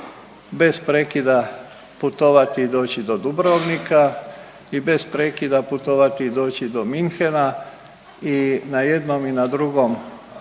bez prekida putovati i doći do Dubrovnika i bez prekida putovati i doći do Munchena i na jednom i na drugom mjestu